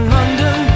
London